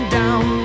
down